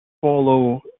follow